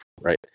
right